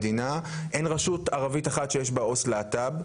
אין רשות ערבית אחת שיש בה עו״ס להט״ב.